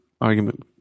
argument